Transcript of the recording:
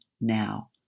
now